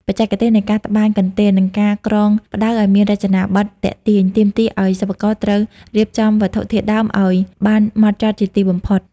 បច្ចេកទេសនៃការត្បាញកន្ទេល និងការក្រងផ្ដៅឱ្យមានរចនាប័ទ្មទាក់ទាញ ទាមទារឱ្យសិប្បករត្រូវរៀបចំវត្ថុធាតុដើមឱ្យបានហ្មត់ចត់ជាទីបំផុត។